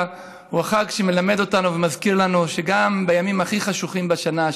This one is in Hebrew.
הוא החג שמלמד אותנו ומזכיר לנו שגם בימים הכי החשוכים בשנה,